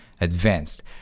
advanced